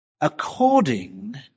According